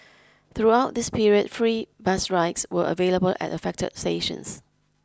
throughout this period free bus rides were available at affected stations